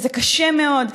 וזה קשה מאוד.